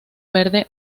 verde